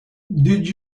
did